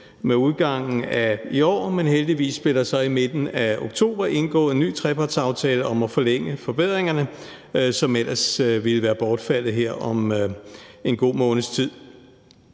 med udgangen af i år, men heldigvis blev der så i midten af oktober indgået en ny trepartsaftale om at forlænge forbedringerne, som ellers ville være bortfaldet her om en god måneds tid.